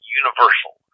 universal